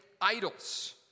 idols